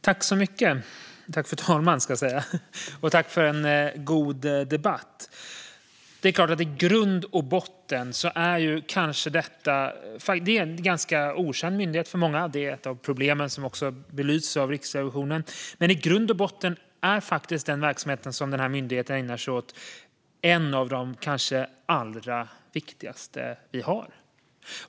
Fru talman! Tack för en god debatt! Kommerskollegium är en ganska okänd myndighet för många. Det är ett av de problem som också belyses av Riksrevisionen. Men i grund och botten är faktiskt den verksamhet som myndigheten ägnar sig åt en av de kanske allra viktigaste vi har.